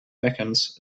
beckens